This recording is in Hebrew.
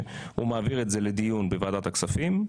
שהוא מעביר את זה לדיון בוועדת הכספים,